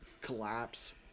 Collapse